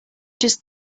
just